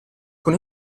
con